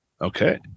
Okay